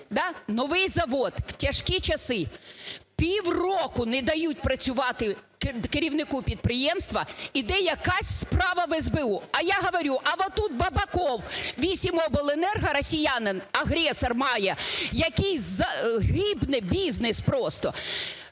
новий завод в тяжкі часи, півроку не дають працювати керівнику підприємства, іде якась справа в СБУ. А я кажу, а тут Бабаков вісім обленерго, росіянин, агресор, має, гибне бізнес просто.